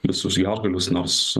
visus gelžgalius nors